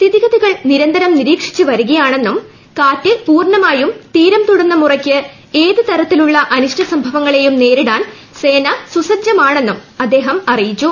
സ്ഥിതിഗതികൾ നിരന്തരം നിരീക്ഷിച്ചു വരികയാണെന്നും കാറ്റ് പൂർണമായും തീരം തൊടുന്നമുറയ്ക്ക് ഏത് തരത്തിലുള്ള അനിഷ്ഠ സംഭവങ്ങളെയും നേരിടാൻ സേന സുസജ്ജമാണെന്നും അദ്ദേഹം അറിയിച്ചു